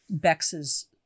Bex's